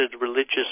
religious